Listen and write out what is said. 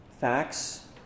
facts